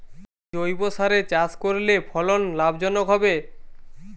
জৈবসারে চাষ করলে ফলন লাভজনক হবে?